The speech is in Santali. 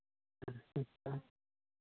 ᱦᱮᱸ ᱟᱪᱪᱷᱟ